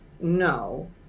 no